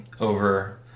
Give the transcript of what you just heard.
over